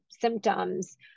symptoms